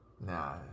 nah